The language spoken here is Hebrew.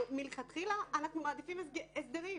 מלכתחילה אנחנו מעדיפים הסדרים.